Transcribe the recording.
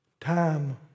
time